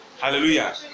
Hallelujah